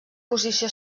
posició